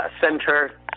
center